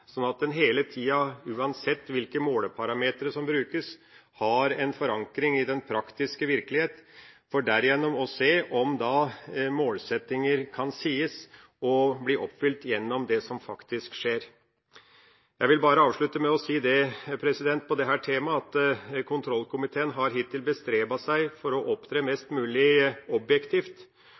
hele tida – og uansett hvilke måleparametre som brukes – en forankring i den praktiske virkelighet og ser derigjennom om målsettinger kan sies å bli oppfylt gjennom det som faktisk skjer. Jeg vil bare avslutte med å si det om dette temaet at kontrollkomiteen hittil har bestrebet seg på å opptre mest mulig objektivt,